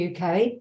UK